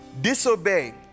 disobey